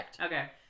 Okay